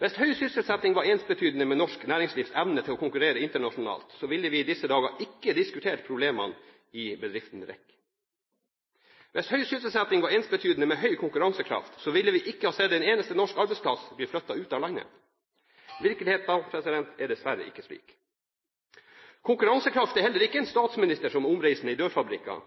Hvis høy sysselsetting var ensbetydende med norsk næringslivs evne til å konkurrere internasjonalt, ville vi i disse dager ikke diskutert problemene i bedriften REC. Hvis høy sysselsetting var ensbetydende med høy konkurransekraft, ville vi ikke ha sett en eneste norsk arbeidsplass bli flyttet ut av landet. Virkeligheten er dessverre ikke slik. Konkurransekraft er heller ikke en statsminister som er omreisende i